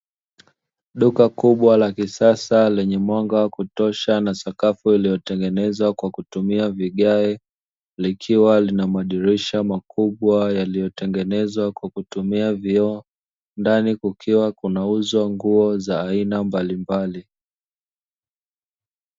Duka kubwa la kisasa lenye mwanga wa kutosha na sakafu iliyotengenezwa kwa kutumia vigae, likiwa lina madirisha makubwa yaliotengenezwa kwa kutumia vioo, ndani kukiwa kunauzwa nguo za aina mbalimbali.